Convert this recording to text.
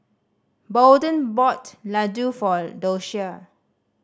Bolden bought laddu for Doshia